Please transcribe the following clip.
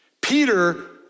Peter